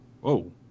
Whoa